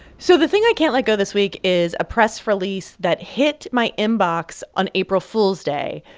so the thing i can't let go this week is a press release that hit my inbox on april fool's day,